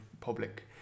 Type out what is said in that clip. public